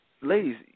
ladies